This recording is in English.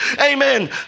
Amen